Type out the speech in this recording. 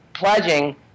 pledging